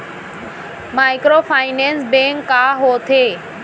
Microfinance bank का होथे?